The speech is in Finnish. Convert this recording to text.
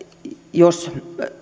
jos